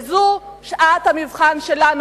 וזו שעת המבחן שלנו,